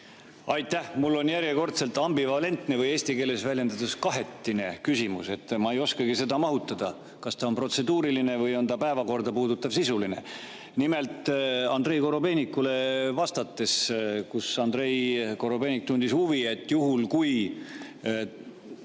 Aitäh! Mul on järjekordselt ambivalentne või eesti keeles väljendades kahetine küsimus: ma ei oskagi mahutada, kas ta on protseduuriline või on ta päevakorda puudutav, sisuline. Nimelt, Andrei Korobeinikule vastates, kui Andrei Korobeinik tundis huvi, et juhul kui